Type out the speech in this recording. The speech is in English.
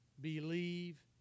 believe